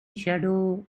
shadow